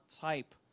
type